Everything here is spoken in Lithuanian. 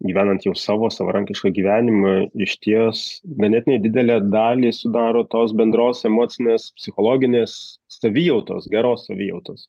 gyvenant jau savo savarankišką gyvenimą išties ganėtinai didelę dalį sudaro tos bendros emocinės psichologinės savijautos geros savijautos